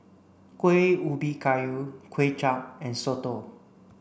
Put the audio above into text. Kuih Ubi Kayu Kway Chap and Soto